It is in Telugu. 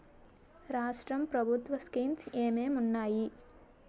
రాష్ట్రం ప్రభుత్వ స్కీమ్స్ ఎం ఎం ఉన్నాయి?